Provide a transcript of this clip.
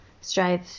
strive